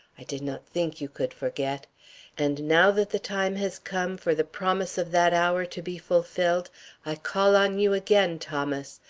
i did not think you could forget and now that the time has come for the promise of that hour to be fulfilled, i call on you again, thomas.